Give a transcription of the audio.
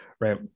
right